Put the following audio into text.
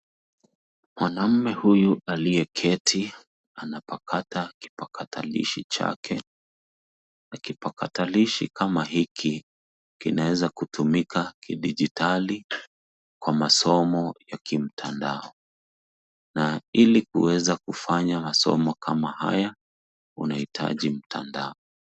Mwanaume huyu aliyeketi anapakata kipatakilishi chake. Kipatakilishi kama hiki kinaweza kutumika kidijitali kwa masomo ya kimtandao na ili kuweza kufanya masomo kama haya unahitaji mtandao.